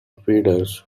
feeders